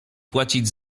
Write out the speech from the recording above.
płacić